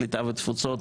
הקליטה והתפוצות,